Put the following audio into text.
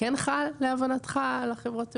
כן חל, להבנתך, על חברות התעופה?